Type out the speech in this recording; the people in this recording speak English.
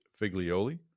Figlioli